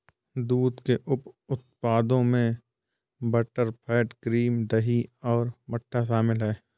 दूध के उप उत्पादों में बटरफैट, क्रीम, दही और मट्ठा शामिल हैं